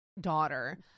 daughter